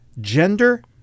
Gender